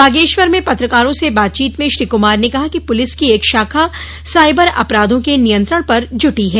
बागेश्वर में पत्रकारों से बातचीत में श्री कमार ने कहा कि पुलिस की एक शाखा साइबर अपराधों के नियंत्रण पर जुटी है